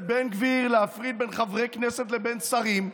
בן גביר להפריד בין חברי כנסת לבין שרים?